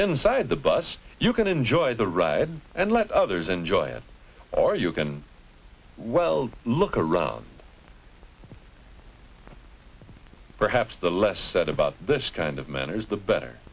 inside the bus you can enjoy the ride and let others enjoy it or you can well look around perhaps the less said about this kind of manners the better